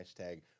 hashtag